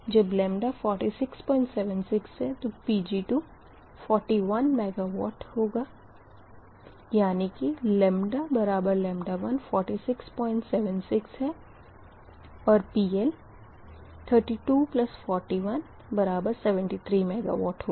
जब λ4676 Pg241 MW होगा यानी किλ14676 है और PL324173 MW होगा